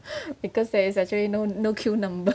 because there's actually no no queue number